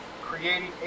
creating